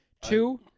Two